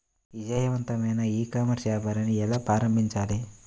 విజయవంతమైన e commerce వ్యాపారాన్ని ఎలా ప్రారంభించాలి?